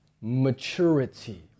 Maturity